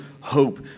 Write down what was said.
hope